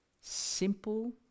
simple